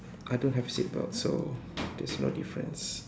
I don't have seatbelt so there is no difference